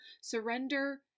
Surrender